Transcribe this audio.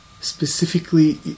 specifically